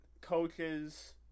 coaches